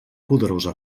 poderosa